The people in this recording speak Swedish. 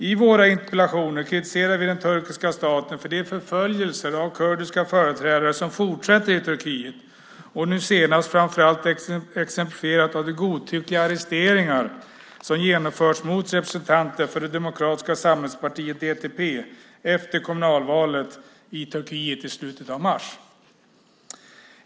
I våra interpellationer kritiserar vi den turkiska staten för de förföljelser av kurdiska företrädare som fortsätter i Turkiet, nu senast framför allt exemplifierat av de godtyckliga arresteringar av representanter för det demokratiska samhällspartiet DTP som har genomförts efter kommunalvalet i Turkiet i slutet av mars.